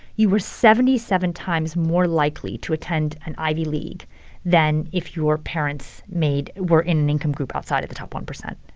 you were seventy seven times more likely to attend an ivy league than if your parents were in an income group outside of the top one percent